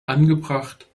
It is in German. angebracht